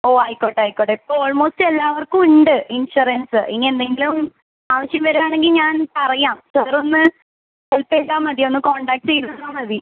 ഓ ആയിക്കോട്ടെ ആയിക്കോട്ടെ ഇപ്പോൾ ഓൾമോസ്റ്റ് എല്ലാവർക്കും ഉണ്ട് ഇൻഷൊറൻസ് ഇനി എന്തെങ്കിലും ആവശ്യം വരികയാണെങ്കിൽ ഞാൻ പറയാം സാർ ഒന്ന് ഹെൽപ്പ് ചെയ്താൽ മതി ഒന്ന് കോണ്ടാക്ട് ചെയ്തു തന്നാൽ മതി